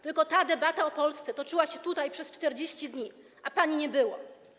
Tylko ta debata o Polsce toczyła się tutaj przez 40 dni, a pani nie było.